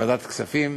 בוועדת הכספים